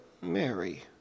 Mary